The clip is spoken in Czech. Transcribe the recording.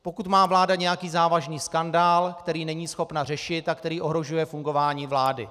Pokud má vláda nějaký závažný skandál, který není schopná řešit a který ohrožuje fungování vlády.